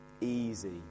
Easy